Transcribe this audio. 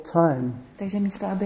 time